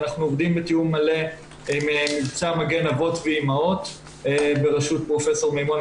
אנחנו עובדים בתיאום מלא עם מבצע מגן אבות ואימהות בראשות פרופ' מימון,